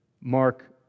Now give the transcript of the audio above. Mark